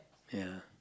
ya